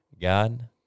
God